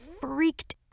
freaked